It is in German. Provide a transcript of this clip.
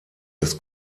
des